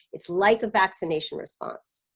it's like a vaccination response